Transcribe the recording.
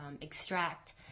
extract